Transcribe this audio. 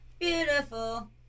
beautiful